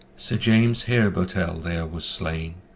sir james harebotell there was slain,